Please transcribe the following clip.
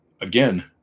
Again